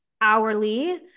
hourly